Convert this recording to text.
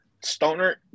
stoner